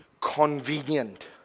Convenient